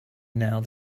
now